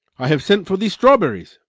i have sent for these strawberries.